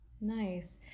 Nice